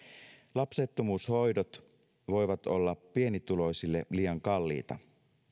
lapsettomuushoidot voivat olla pienituloisille liian kalliita